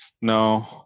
No